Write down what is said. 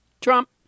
Trump